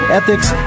ethics